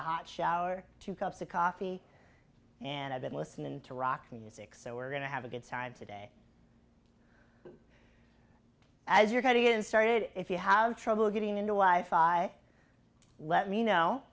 a hot shower or two cups of coffee and i've been listening to rock music so we're going to have a good time today as you're going to get started if you have trouble getting a new wife i let me know